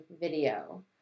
video